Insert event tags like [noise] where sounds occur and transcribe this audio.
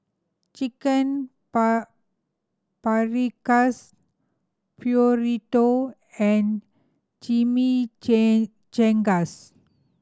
Chicken [unintelligible] Paprikas Burrito and [unintelligible]